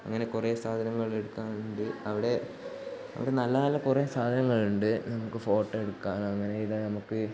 അങ്ങനെ കുറേ സാധനങ്ങൾ എടുക്കാനുണ്ട് അവിടെ നല്ല നല്ല കുറേ സാധനങ്ങൾ ഉണ്ട് നമുക്ക് ഫോട്ടോ എടുക്കാൻ അങ്ങനെ ഇത് നമുക്ക്